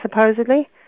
supposedly